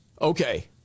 Okay